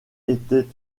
était